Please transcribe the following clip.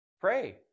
Pray